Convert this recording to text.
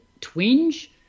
twinge